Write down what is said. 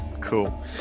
cool